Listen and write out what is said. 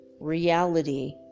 reality